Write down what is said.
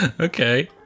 Okay